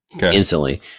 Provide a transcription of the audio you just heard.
instantly